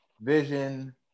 Vision